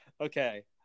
Okay